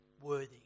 worthy